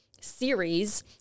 series